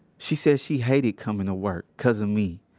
she said she hated coming to work cause of me.